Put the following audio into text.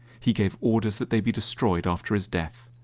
he gave orders that they be destroyed after his death.